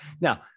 now